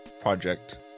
project